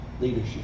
leadership